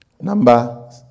Number